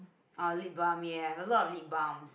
oh lip balm ya I have a lot of lip balms